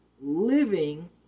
living